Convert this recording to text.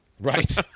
Right